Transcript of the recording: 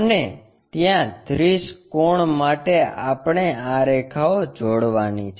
અને ત્યાં 30 કોણ માટે આપણે આ રેખાઓ જોડવાની છે